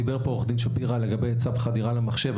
דיבר כאן עורך דין שפירא לגבי צו חדירה למחשב.